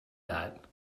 that